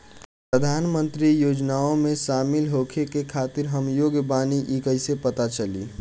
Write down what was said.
प्रधान मंत्री योजनओं में शामिल होखे के खातिर हम योग्य बानी ई कईसे पता चली?